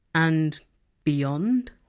and beyond?